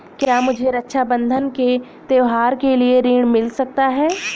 क्या मुझे रक्षाबंधन के त्योहार के लिए ऋण मिल सकता है?